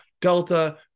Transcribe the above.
delta